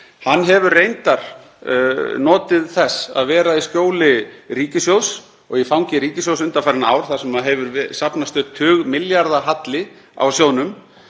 Hann hefur reyndar notið þess að vera í skjóli ríkissjóðs og í fangi ríkissjóðs undanfarin ár þar sem safnast hefur upp tugmilljarða halli á sjóðnum.